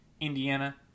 Indiana